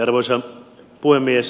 arvoisa puhemies